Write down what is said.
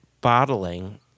bottling